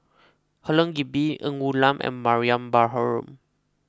Helen Gilbey Ng Woon Lam and Mariam Baharom